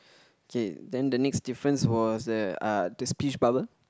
K then the next difference was that uh there's peach barber